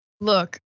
Look